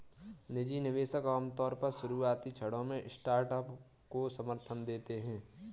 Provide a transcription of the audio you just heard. निजी निवेशक आमतौर पर शुरुआती क्षणों में स्टार्टअप को समर्थन देते हैं